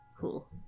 Cool